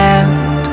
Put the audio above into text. end